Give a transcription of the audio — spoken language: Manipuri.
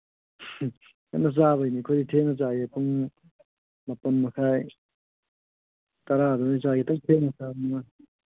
ꯅꯪꯅ ꯆꯥꯕꯩꯅꯦ ꯑꯩꯈꯣꯏꯗꯤ ꯊꯦꯡꯅ ꯆꯥꯏꯌꯦ ꯄꯨꯡ ꯃꯥꯄꯟ ꯃꯈꯥꯏ ꯇꯔꯥ ꯑꯗ꯭ꯋꯥꯏ ꯆꯥꯏ ꯈꯤꯇꯪ ꯊꯦꯡꯅ ꯆꯥꯕꯅꯤꯅ